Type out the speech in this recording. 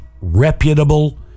reputable